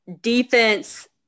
defense